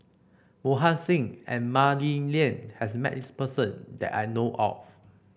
Mohan Singh and Mah Li Lian has met this person that I know of